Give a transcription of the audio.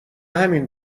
همین